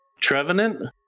trevenant